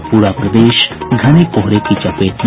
और पूरा प्रदेश घने कोहरे की चपेट में